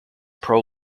pro